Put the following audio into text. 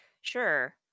Sure